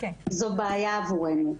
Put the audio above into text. זו בעיה עבורנו.